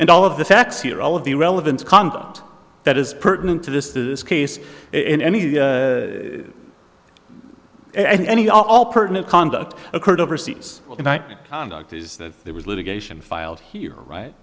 and all of the facts here all of the relevant content that is pertinent to this this case in any and any all pertinent conduct occurred overseas well tonight conduct is that there was litigation filed here right